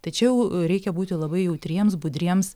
tai čia jau reikia būti labai jautriems budriems